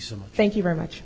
some thank you very much